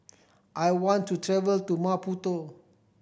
I want to travel to Maputo